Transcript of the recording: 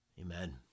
Amen